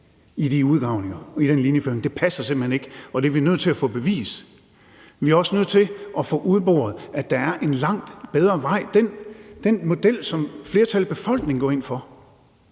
i de udgravninger og i den linjeføring. Det passer simpelt hen ikke, og det er vi nødt til at få bevis på. Vi er også nødt til at få udboret, at der er en langt bedre vej, og det er den model, som flertallet af befolkningen går ind for.